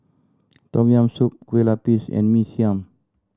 Tom Yam Soup Kueh Lapis and Mee Siam